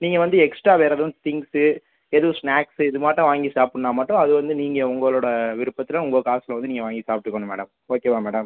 நீங்கள் வந்து எக்ஸ்ட்டா வேறு எதுவும் திங்க்ஸு எதுவும் ஸ்நாக்ஸு இது மாட்டம் வாங்கி சாப்பிட்னா மட்டும் அது வந்து நீங்கள் உங்களோடய விருப்பத்தில் உங்கள் காசில் வந்து நீங்கள் வாங்கி சாப்பிட்டுக்கணும் மேடம் ஓகேவா மேடம்